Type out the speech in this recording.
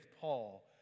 Paul